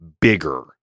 bigger